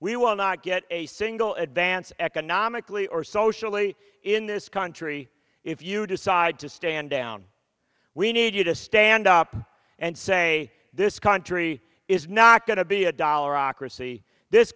we will not get a single advance economically or socially in this country if you decide to stand down we need you to stand up and say this country is not going to be a dollar ocracy this